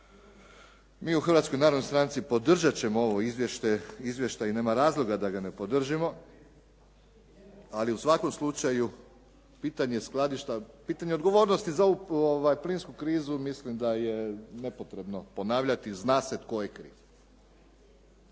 Mi u Hrvatskoj narodnoj stranci podržat ćemo ovo izvješće i nema razloga da ga ne podržimo, ali u svakom slučaju pitanje skladišta, pitanje odgovornosti za ovu plinsku krizu mislim da je nepotrebno ponavljati, zna se tko je kriv.